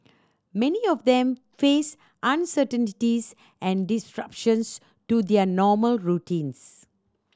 many of them faced uncertainties and disruptions to their normal routines